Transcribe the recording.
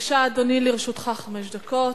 בבקשה, אדוני, לרשותך חמש דקות.